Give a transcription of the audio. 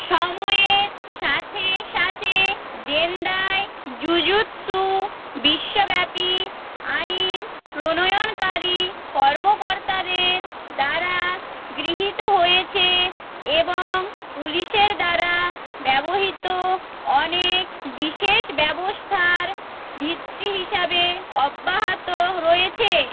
সময়ের সাথে সাথে জেনদাই জুজুৎসু বিশ্বব্যাপী আইন প্রণয়নকারী কর্মকর্তাদের দ্বারা গৃহীত হয়েছে এবং পুলিশের দ্বারা ব্যবহৃত অনেক বিশেষ ব্যবস্থার ভিত্তি হিসাবে অব্যাহত রয়েছে